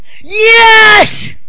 Yes